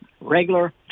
regular